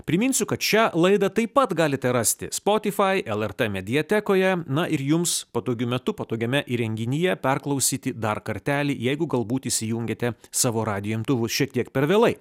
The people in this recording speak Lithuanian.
priminsiu kad šią laidą taip pat galite rasti spotify lrt mediatekoje na ir jums patogiu metu patogiame įrenginyje perklausyti dar kartelį jeigu galbūt įsijungėte savo radijo imtuvus šiek tiek per vėlai